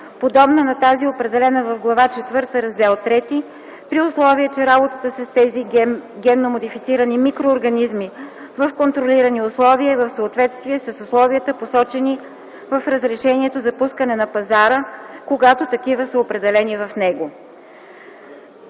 подобна на тази, определена в Глава четвърта, Раздел ІІІ при условие, че работата с тези генно модифицирани микроорганизми в контролирани условия е в съответствие с условията, посочени в разрешението за пускане на пазара, когато такива са определени в него.”